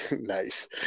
Nice